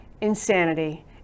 insanity